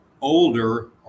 older